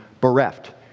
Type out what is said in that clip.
bereft